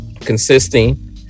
consisting